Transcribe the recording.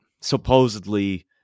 supposedly